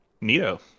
Neato